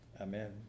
Amen